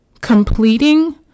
completing